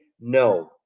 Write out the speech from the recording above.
no